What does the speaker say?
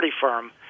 firm